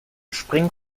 springen